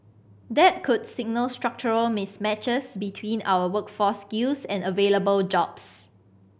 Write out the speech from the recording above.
that could signal structural mismatches between our workforce skills and available jobs